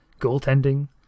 goaltending